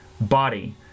body